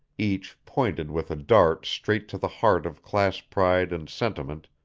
each pointed with a dart straight to the heart of class pride and sentiment,